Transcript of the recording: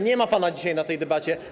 Nie ma pana dzisiaj na tej debacie.